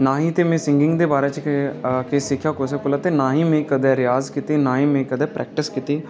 नां ही में सिंगगिंग दे बारे च किश सिक्खेआ कुसै कोला ते ना ही में कदें रियाज़ कीता ते नां ही मे कदें प्रैक्टिस कीती